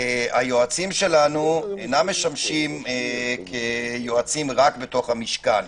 היועצים שלנו אינם משמשים כיועצים רק בתוך המשכן.